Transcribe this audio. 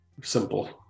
simple